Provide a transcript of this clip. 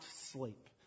sleep